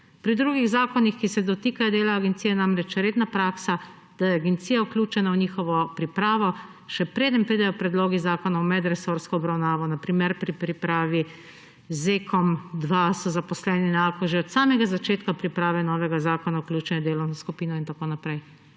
Pri drugih zakonih, ki se dotikajo dela agencije je namreč redna praksa, da je agencija vključena v njihovo pripravo, še preden pridejo predlogi zakona v medresorsko obravnavo, na primer pri pripravi ZEKom-2 so zaposleni na Akosu že od samega začetka priprave novega zakona vključeni v delovno skupino in tako naprej.